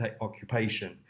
occupation